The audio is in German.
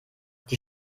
die